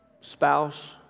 spouse